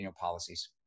policies